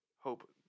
Hope